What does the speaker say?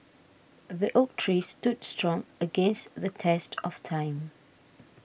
the oak tree stood strong against the test of time